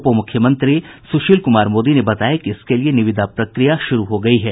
उप मुख्यमंत्री सूशील कुमार मोदी ने बताया कि इसके लिये निविदा प्रक्रिया शुरू हो गयी है